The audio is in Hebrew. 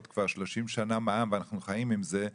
כבר 30 שנה מע"מ ואנחנו חיים עם זה,